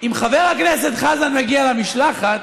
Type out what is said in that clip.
אם חבר הכנסת חזן מגיע למשלחת,